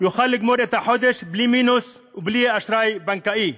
יוכל לגמור את החודש בלי מינוס ובלי אשראי בנקאי,